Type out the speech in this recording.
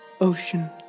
Ocean